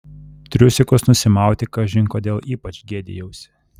triusikus nusimauti kažin kodėl ypač gėdijausi